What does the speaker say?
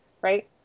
right